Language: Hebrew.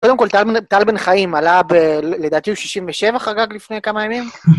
קודם כל, טל בן חיים עלה ב... לדעתי הוא 67 חגג לפני כמה ימים.